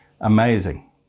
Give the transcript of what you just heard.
Amazing